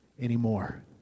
anymore